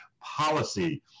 policy